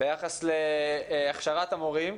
ביחס להכשרת המורים,